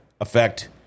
affect